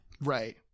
right